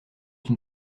une